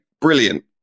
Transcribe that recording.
brilliant